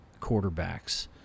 quarterbacks